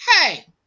hey